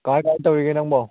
ꯀꯃꯥꯏ ꯀꯃꯥꯏꯅ ꯇꯧꯔꯤꯒꯦ ꯅꯪꯕꯣ